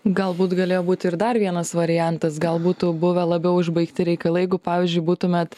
galbūt galėjo būti ir dar vienas variantas gal būtų buvę labiau išbaigti reikalai jeigu pavyzdžiui būtumėt